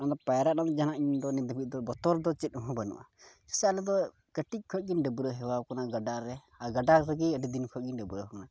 ᱚᱱᱟ ᱯᱟᱭᱨᱟᱜ ᱨᱮᱱᱟᱜ ᱡᱟᱦᱟᱸ ᱤᱧᱫᱚ ᱱᱤᱛ ᱫᱷᱟᱹᱵᱤᱡ ᱫᱚ ᱵᱚᱛᱚᱨ ᱫᱚ ᱪᱮᱫ ᱦᱚᱸ ᱵᱟᱹᱱᱩᱜᱼᱟ ᱥᱮ ᱟᱞᱮᱫ ᱠᱟᱹᱴᱤᱡ ᱠᱷᱚᱡ ᱜᱤᱧ ᱰᱟᱹᱵᱽᱨᱟᱹ ᱦᱮᱣᱟ ᱠᱟᱱᱟ ᱜᱟᱰᱟᱨᱮ ᱟᱨ ᱜᱟᱰᱟ ᱨᱮᱜᱮ ᱟᱹᱰᱤ ᱫᱤᱱ ᱠᱷᱚᱱᱤᱧ ᱰᱟᱹᱵᱽᱨᱟᱹ ᱠᱟᱱᱟ